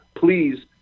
Please